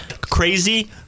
Crazy